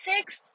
six